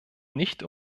nicht